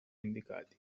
indicati